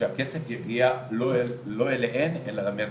שהכסף יגיע לא אליהן אלא מרכזים,